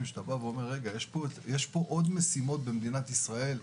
שאתה מבין שיש עוד משימות במדינת ישראל,